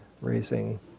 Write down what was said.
raising